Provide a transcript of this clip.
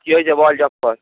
কী হয়েছে বল ঝপ কর